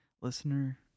Listener